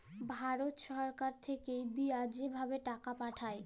ভারত ছরকার থ্যাইকে দিঁয়া যে ভাবে টাকা পাঠায়